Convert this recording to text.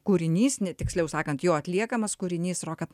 kūrinys ne tiksliau sakant jo atliekamas kūrinys rodo